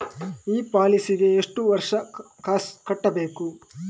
ಈ ಪಾಲಿಸಿಗೆ ಎಷ್ಟು ವರ್ಷ ಕಾಸ್ ಕಟ್ಟಬೇಕು?